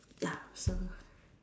ya so